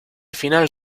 final